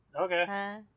Okay